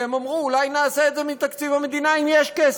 כי הם אמרו: אולי נעשה את זה מתקציב המדינה אם יש כסף.